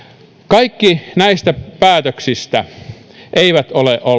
kaikki näistä päätöksistä eivät